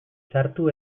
sartu